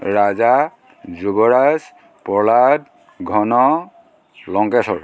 ৰাজা যুৱৰাজ প্ৰহ্লাদ ঘন লংকেশ্বৰ